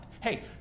Hey